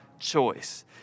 Choice